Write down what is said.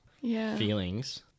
feelings